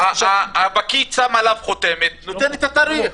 הפקיד שם עליו חותמת ונותן את התאריך.